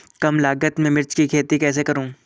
कम लागत में मिर्च की खेती कैसे करूँ?